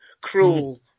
cruel